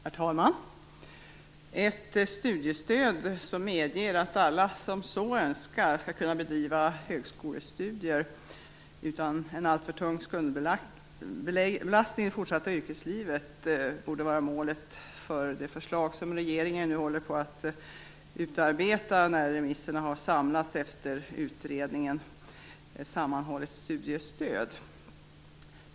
Herr talman! Ett studiestöd som medger att alla som så önskar skall kunna bedriva högskolestudier utan en alltför tung skuldbelastning i det fortsatta yrkeslivet borde vara målet för det förslag som regeringen håller på att utarbeta när nu remisserna har samlats efter utredningen om ett sammanhållet studiestöd.